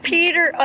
Peter